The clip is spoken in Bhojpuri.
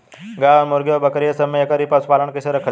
गाय और मुर्गी और बकरी ये सब के एक ही पशुपालन में कइसे रखल जाई?